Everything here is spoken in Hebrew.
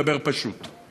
דבר פשוט",